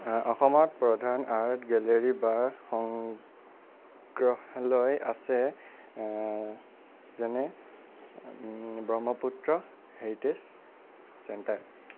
অসমত প্ৰধান art gallery বা সংগ্ৰহালয় আছে যেনে ব্ৰহ্মপুত্ৰ হেৰিটেজ চেণ্টাৰ